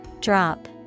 Drop